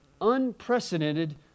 unprecedented